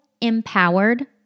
empowered